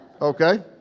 Okay